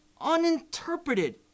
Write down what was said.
uninterpreted